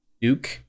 Duke